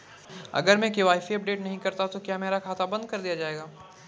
अगर मैं KYC update नहीं करता तो क्या मेरा खाता बंद कर दिया जाएगा?